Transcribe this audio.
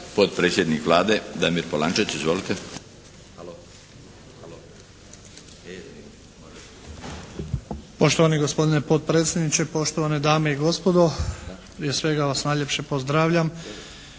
Potpredsjednik Vlade Damir Polančec, izvolite. **Polančec, Damir (HDZ)** Poštovani gospodine potpredsjedniče, poštovane dame i gospodo. Prije svega vas najljepše pozdravljam.